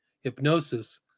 hypnosis